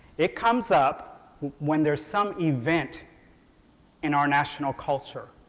it comes up when there's some event in our national culture.